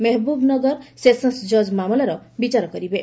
Mahbubnagar sessions ଜଜ୍ ମାମଲାର ବିଚାର କରିବେ